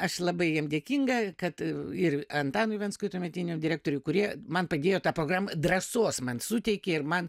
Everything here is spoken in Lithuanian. aš labai jiem dėkinga kad ir antanui venckui tuometiniam direktoriui kurie man padėjo tą programą drąsos man suteikė ir man